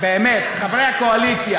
חברי הקואליציה,